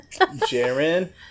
Jaren